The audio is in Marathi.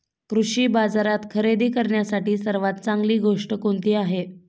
कृषी बाजारात खरेदी करण्यासाठी सर्वात चांगली गोष्ट कोणती आहे?